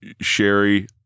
sherry